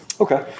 Okay